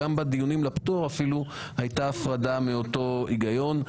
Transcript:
אפילו בדיונים לפטור הייתה הפרדה מאותו היגיון.